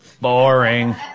Boring